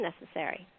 necessary